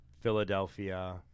Philadelphia